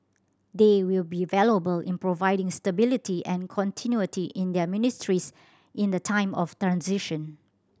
they will be valuable in providing stability and continuity to their ministries in the time of